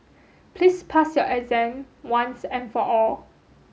please pass your exam once and for all